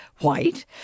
white